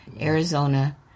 Arizona